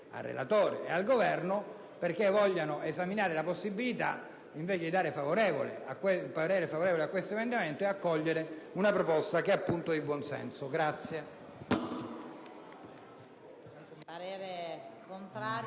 al relatore e al Governo perché vogliano esaminare la possibilità di esprimere parere favorevole su questo emendamento e di accogliere una proposta che è, appunto, di buon senso.